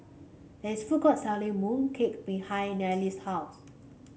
there is food court selling mooncake behind Nayely's house